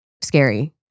scary